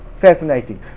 Fascinating